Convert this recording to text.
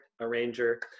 arranger